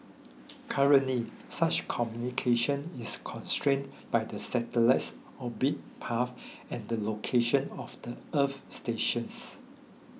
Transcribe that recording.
currently such communication is constrained by the satellite's orbit path and the location of the earth stations